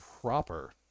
proper